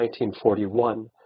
1941